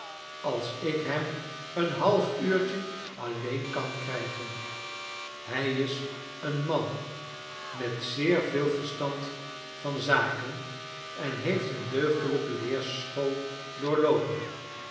als ik hem een half uurtje alleen kan krijgen hfj is een man met zeer veel verstand van zaken en heeft een deugdelrjke leerschool doorloopen